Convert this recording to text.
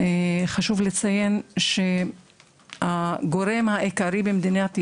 חשוב לי לציין שהגורם התמותה העיקרי במדינת ישראל,